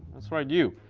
that's right you.